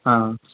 ആ